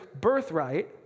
birthright